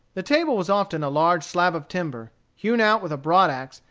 the table was often a large slab of timber, hewn out with a broad-axe,